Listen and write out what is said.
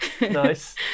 Nice